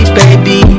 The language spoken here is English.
baby